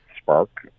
spark